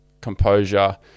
composure